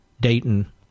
Dayton